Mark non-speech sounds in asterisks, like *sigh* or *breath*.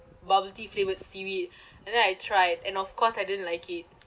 bubble tea flavoured seaweed *breath* and then I tried and of course I didn't like it